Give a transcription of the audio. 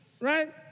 Right